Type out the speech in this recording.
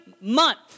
month